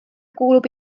kuulub